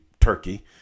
Turkey